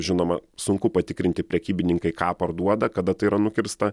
žinoma sunku patikrinti prekybininkai ką parduoda kada tai yra nukirsta